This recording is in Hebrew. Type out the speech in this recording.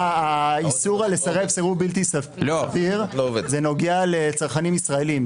האיסור לסרב סירוב בלתי סביר נוגע לצרכנים ישראליים.